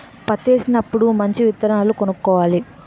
పత్తేసినప్పుడు మంచి విత్తనాలు కొనుక్కోవాలి